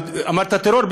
אמרת טרור?